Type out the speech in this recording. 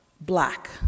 black